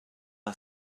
are